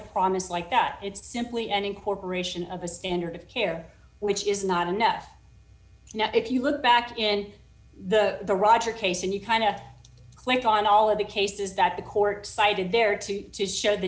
promise like that it's simply an incorporation of a standard of care which is not enough now if you look back in the the roger case and you kind of clicked on all of the cases that the court cited there too to show the